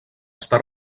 està